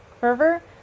fervor